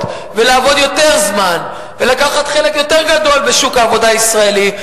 ולעבוד יותר זמן ולקחת חלק יותר גדול בשוק העבודה הישראלי,